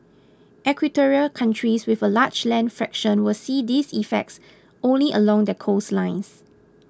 equatorial countries with a large land fraction will see these effects only along their coastlines